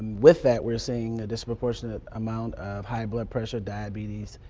with that, we are seeing a disproportionate amount of high blood pressure, diabetes,